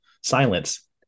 silence